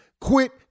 Quit